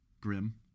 grim